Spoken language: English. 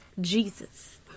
Jesus